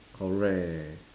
correct